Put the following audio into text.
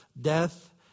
death